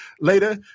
later